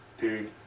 dude